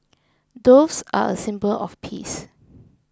doves are a symbol of peace